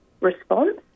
response